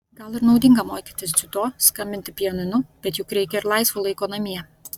gal ir naudinga mokytis dziudo skambinti pianinu bet juk reikia ir laisvo laiko namie